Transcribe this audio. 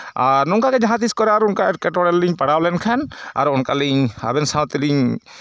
ᱟᱨ ᱱᱚᱝᱠᱟᱜᱮ ᱡᱟᱦᱟᱸ ᱛᱤᱸᱥ ᱠᱚᱨᱮᱜ ᱟᱨ ᱚᱱᱠᱟ ᱮᱸᱴᱠᱮᱴᱚᱬᱮ ᱨᱮᱞᱤᱧ ᱯᱟᱲᱟᱣ ᱞᱮᱱᱠᱷᱟᱱ ᱟᱨ ᱚᱱᱠᱟᱞᱤᱧ ᱟᱵᱮᱱ ᱥᱟᱶ ᱛᱮᱞᱤᱧ